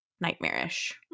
nightmarish